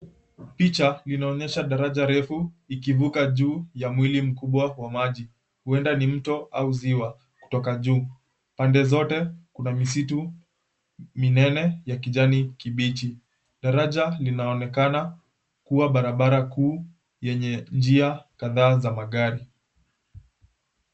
Picha linaonyesha daraja refu ikivuja juu ya mwili mkubwa wa maji, huenda ni mto au ziwa. Kutoka juu, pande zote kuna misitu minene ya kijani kibichi. Daraja linaonekana kuwa barabara kuu yenye njia kadhaa za magari.